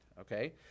Okay